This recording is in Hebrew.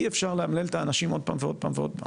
אי אפשר לאמלל את האנשים עוד פעם ועוד פעם ועוד פעם.